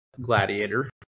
Gladiator